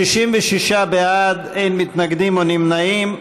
66 בעד, אין מתנגדים או נמנעים.